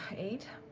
eight?